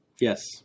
Yes